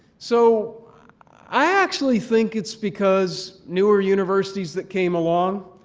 so i actually think it's because newer universities that came along,